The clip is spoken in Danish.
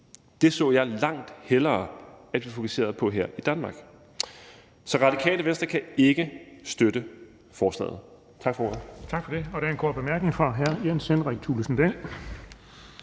Det så jeg langt hellere at vi fokuserede på her i Danmark. Så Radikale Venstre kan ikke støtte forslaget. Tak for ordet. Kl. 12:20 Den fg. formand (Erling Bonnesen):